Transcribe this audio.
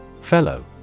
Fellow